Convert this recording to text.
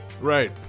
Right